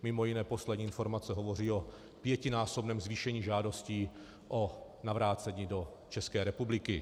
Mimo jiné poslední informace hovoří o pětinásobném zvýšení žádostí o navrácení do České republiky.